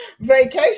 Vacation